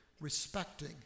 respecting